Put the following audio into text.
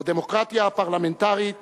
בדמוקרטיה הפרלמנטרית